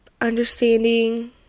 understanding